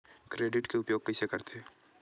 Credit के उपयोग कइसे करथे?